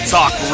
Talk